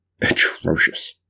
atrocious